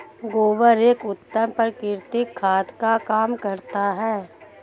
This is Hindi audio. गोबर एक उत्तम प्राकृतिक खाद का काम करता है